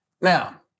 Now